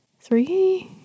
three